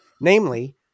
Namely